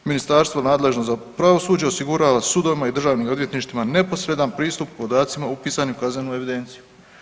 Ministarstvo nadležno za pravosuđe osigurava sudovima i državnim odvjetništvima neposredan pristup podacima upisanim u kaznenu evidenciju.